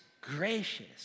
gracious